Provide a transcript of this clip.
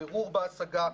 בירור בהשגה,